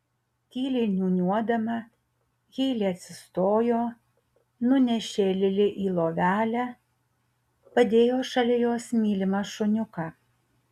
tyliai niūniuodama heilė atsistojo nunešė lili į lovelę padėjo šalia jos mylimą šuniuką